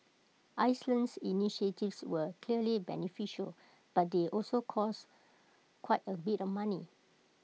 Iceland's initiatives were clearly beneficial but they also cost quite A bit of money